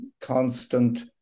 constant